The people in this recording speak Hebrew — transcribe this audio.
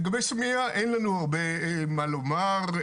לגבי סמיע אין לנו הרבה מה לומר,